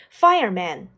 fireman